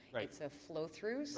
it's a flow through.